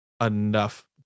enough